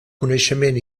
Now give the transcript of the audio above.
coneixement